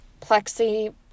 plexi